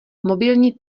mobilní